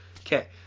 Okay